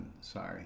sorry